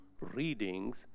readings